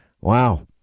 Wow